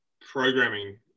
programming